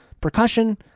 percussion